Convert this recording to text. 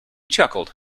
chuckled